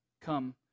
come